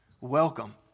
Welcome